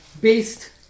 based